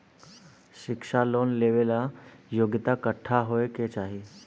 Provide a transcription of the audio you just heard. शिक्षा लोन लेवेला योग्यता कट्ठा होए के चाहीं?